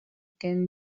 can